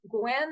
Gwen